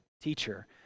Teacher